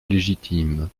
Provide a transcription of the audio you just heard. légitime